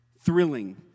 thrilling